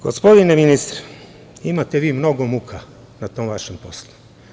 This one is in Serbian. Gospodine ministre, imate vi mnogo muka na tom vašem poslu.